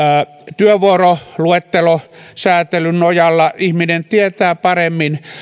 työvuoroluettelosäätelyn nojalla ihminen tietää paremmin